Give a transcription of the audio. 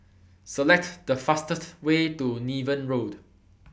Select The fastest Way to Niven Road